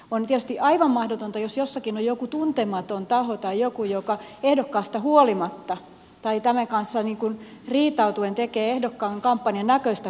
on tietysti aivan mahdotonta jos jossakin on joku tuntematon taho tai joku joka ehdokkaasta huolimatta tai tämän kanssa ikään kuin riitautuen tekee ehdokkaan kampanjan näköistä kampanjaa